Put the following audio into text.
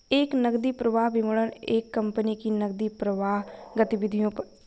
एक नकदी प्रवाह विवरण एक कंपनी की नकदी प्रवाह गतिविधियों पर रिपोर्ट करता हैं